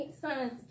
sons